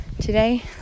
Today